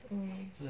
mm